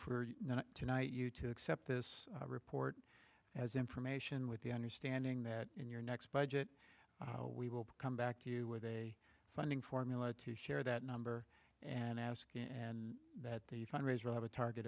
for tonight you to accept this report as information with the understanding that in your next budget we will come back to you with a funding formula to share that number and ask and that the fund raiser have a target